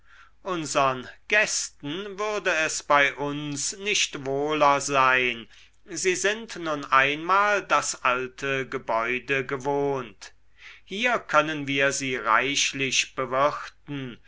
unsern gästen würde es bei uns nicht wohler sein sie sind nun einmal das alte gebäude gewohnt hier können wir sie reichlich bewirten